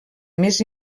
més